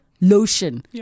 Lotion